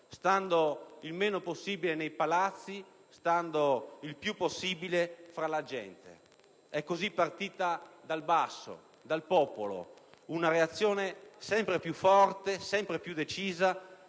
stando il meno possibile nei palazzi e il più possibile fra la gente. È così partita dal basso, dal popolo, una reazione sempre più forte, sempre più decisa,